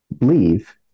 Leave